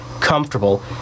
comfortable